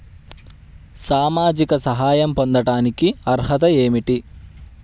సామాజిక సహాయం పొందటానికి అర్హత ఏమిటి?